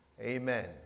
Amen